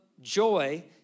joy